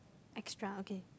extra okay